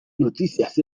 noticias